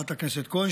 חברת הכנסת כהן,